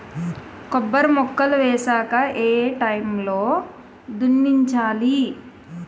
కొబ్బరి మొక్కలు వేసాక ఏ ఏ టైమ్ లో దున్నించాలి?